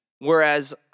Whereas